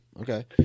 Okay